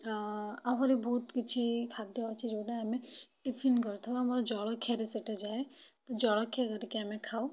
ଆହୁରି ବହୁତ କିଛି ଖାଦ୍ୟ ଅଛି ଯେଉଁଟା ଆମେ ଟିଫିନ୍ କରିଥାଉ ଆମର ଜଳଖିଆରେ ସେଇଟା ଯାଏ ଜଳଖିଆ କରିକି ଆମେ ଖାଉ